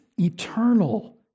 eternal